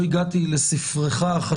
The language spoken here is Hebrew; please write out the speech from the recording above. זה חלק מהבעיה של מוסד העבירות המינהליות,